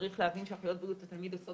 צריך להבין שאחיות בריאות התלמיד עושות